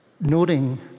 noting